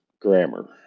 grammar